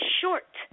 short